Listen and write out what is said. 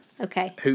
Okay